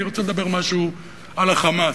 אני רוצה להגיד משהו על ה"חמאס".